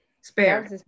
Spare